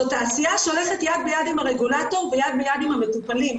זו תעשיה שהולכת יד ביד עם הרגולטור ויד ביד עם המטופלים.